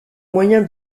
moyen